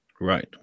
Right